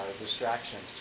distractions